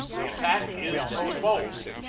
the attack is postponed.